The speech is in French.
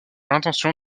l’intention